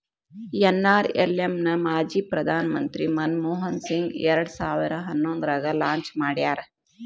NRLM ನ ಮಾಜಿ ಪ್ರಧಾನ್ ಮಂತ್ರಿ ಮನಮೋಹನ್ ಸಿಂಗ್ ಎರಡ್ ಸಾವಿರ ಹನ್ನೊಂದ್ರಾಗ ಲಾಂಚ್ ಮಾಡ್ಯಾರ